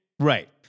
Right